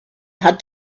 had